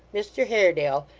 mr haredale,